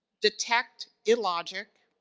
detect illogic,